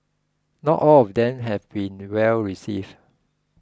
not all of them have been well received